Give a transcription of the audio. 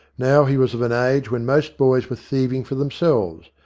now he was of an age when most boys were thieving for themselves,